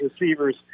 receivers